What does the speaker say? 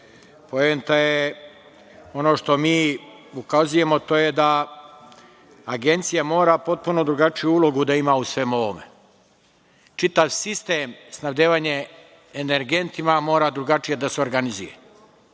Poenta je ono što mi ukazujemo, a to je da Agencija mora potpuno drugačiju ulogu da ima u svemu ovome. Čitav sistem snabdevanja energentima mora drugačije da se organizuje